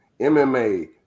MMA